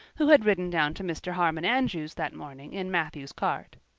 who had ridden down to mr. harmon andrews's that morning in matthew's cart.